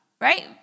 right